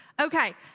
Okay